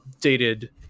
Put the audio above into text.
dated